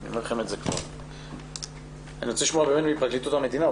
אני רוצה לשמוע את פרקליטות המדינה.